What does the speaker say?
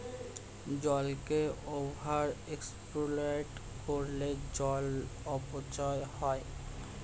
জলকে over exploit করলে জল অপচয় হয়